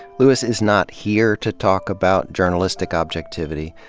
lewis is not here to talk about journalistic objectivity,